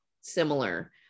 similar